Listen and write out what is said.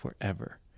forever